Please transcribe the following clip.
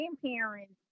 grandparents